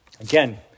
Again